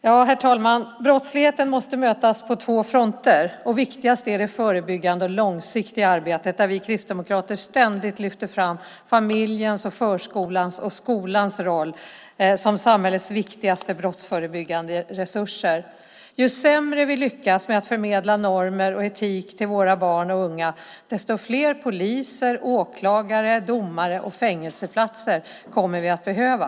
Herr talman! Brottsligheten måste mötas på två fronter. Det viktigaste är det förebyggande och långsiktiga arbetet, där vi kristdemokrater ständigt lyfter fram familjens, förskolans och skolans roll som samhällets viktigaste brottsförebyggande resurser. Ju sämre vi lyckas med att förmedla normer och etik till våra barn och unga, desto fler poliser, åklagare, domare och fängelseplatser kommer vi att behöva.